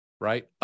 right